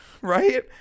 Right